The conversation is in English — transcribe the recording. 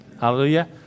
Hallelujah